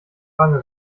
bange